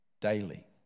daily